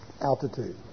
Altitude